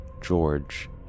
George